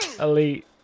Elite